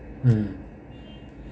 mm